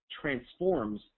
transforms